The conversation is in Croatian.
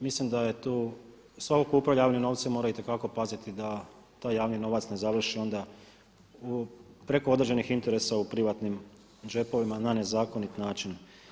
Mislim da je tu svatko tko upravlja javnim novcem mora itekako paziti da taj javni novac ne završi onda preko određenih interesa u privatnim džepovima na nezakonit način.